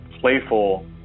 playful